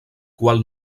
qual